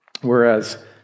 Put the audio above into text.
Whereas